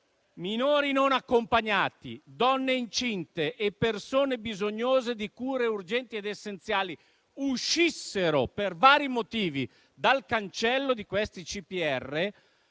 minori non accompagnati, donne incinte e persone bisognose di cure urgenti ed essenziali uscissero per vari motivi dal cancello di questi CPR,